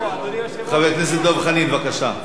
חבר הכנסת דב חנין, בבקשה.